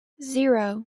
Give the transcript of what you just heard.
zero